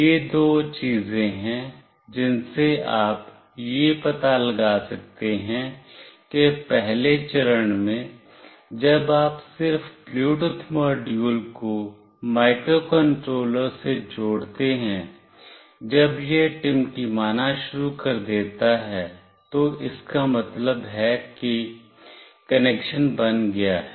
ये दो चीजें हैं जिनसे आप यह पता लगा सकते हैं कि पहले चरण में जब आप सिर्फ ब्लूटूथ मॉड्यूल को माइक्रोकंट्रोलर से जोड़ते हैं जब यह टिमटिमाना शुरू कर देता है तो इसका मतलब है कि कनेक्शन बन गया है